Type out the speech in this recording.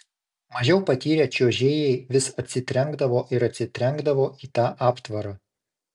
mažiau patyrę čiuožėjai vis atsitrenkdavo ir atsitrenkdavo į tą aptvarą